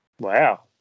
Wow